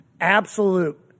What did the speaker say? absolute